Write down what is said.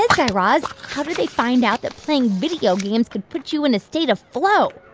ah guy raz. how did they find out that playing video games could put you in a state of flow?